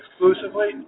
exclusively